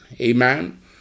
amen